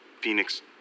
phoenix